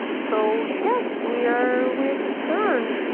so yes we're, we're concerned.